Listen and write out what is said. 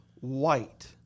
white